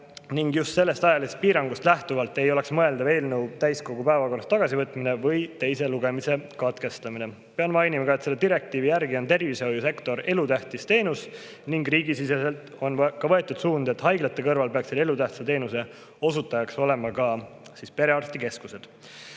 andis. Just sellest ajalisest piirangust lähtuvalt ei oleks mõeldav eelnõu täiskogu päevakorrast tagasivõtmine või teise lugemise katkestamine. Pean mainima ka, et selle direktiivi järgi on tervishoiusektori [teenused] elutähtsad teenused ning riigisiseselt on võetud suund, et haiglate kõrval peaksid elutähtsa teenuse osutajad olema ka perearstikeskused.